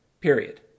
Period